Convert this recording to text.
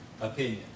opinion